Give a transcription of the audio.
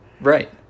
Right